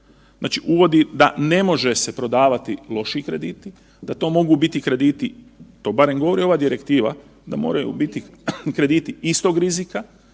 znači uvodi da ne može se prodavati loši krediti, da to mogu biti krediti, to barem govori ova Direktiva, da moraju biti krediti istog rizika,